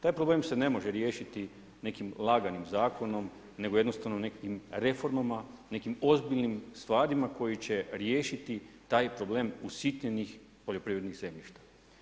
Taj problem se ne može riješiti nekim laganim zakonom nego jednostavno nekim reformama, nekim ozbiljnim stvarima koji će riješiti taj problem usitnjenih poljoprivrednih zemljišta.